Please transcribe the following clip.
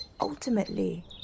ultimately